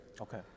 Okay